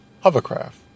hovercraft